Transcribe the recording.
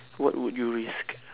what would you risk